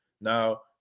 now